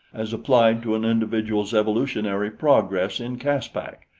as applied to an individual's evolutionary progress in caspak,